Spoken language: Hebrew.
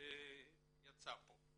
שיצא פה.